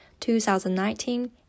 2019